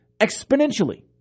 exponentially